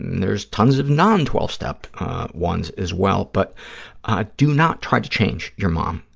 there's tons of non twelve step ones as well. but do not try to change your mom,